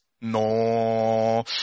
No